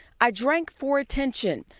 i drank for attention.